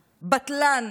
בטלן,